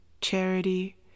charity